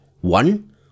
one